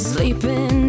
Sleeping